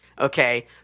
okay